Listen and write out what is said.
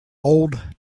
old